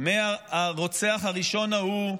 מהרוצח הראשון ההוא,